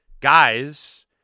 Guys